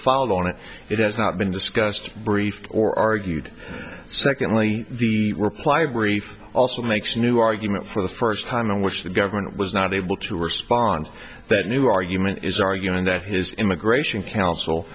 filed on it it has not been discussed brief or argued secondly the reply brief also makes a new argument for the first time in which the government was not able to respond to that new argument is arguing that his immigration counsel